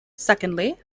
secondly